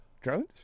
drones